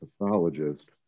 pathologist